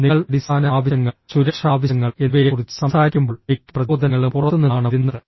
നിങ്ങൾ അടിസ്ഥാന ആവശ്യങ്ങൾ സുരക്ഷാ ആവശ്യങ്ങൾ എന്നിവയെക്കുറിച്ച് സംസാരിക്കുമ്പോൾ മിക്ക പ്രചോദനങ്ങളും പുറത്തുനിന്നാണ് വരുന്നത്